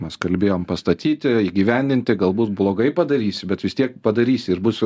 mes kalbėjom pastatyti įgyvendinti galbūt blogai padarysi bet vis tiek padarysi ir bus